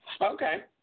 Okay